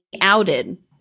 outed